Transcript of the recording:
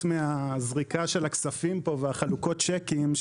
מהזריקה של הכספים פה והחלוקות צ'קים,